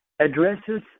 addresses